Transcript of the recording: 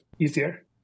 easier